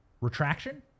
Retraction